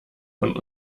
von